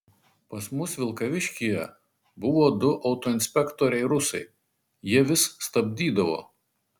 pas mus vilkaviškyje buvo du autoinspektoriai rusai jie vis stabdydavo